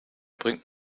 bringt